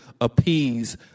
appease